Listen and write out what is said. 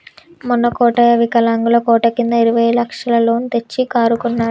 మొన్న కోటయ్య వికలాంగుల కోట కింద ఇరవై లక్షల లోన్ తెచ్చి కారు కొన్నడు